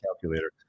calculator